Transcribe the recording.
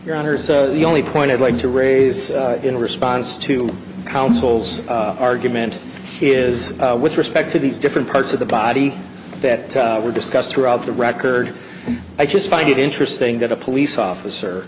your honors the only point i'd like to raise in response to counsel's argument is with respect to these different parts of the body that were discussed throughout the record i just find it interesting that a police officer